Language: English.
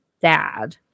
dad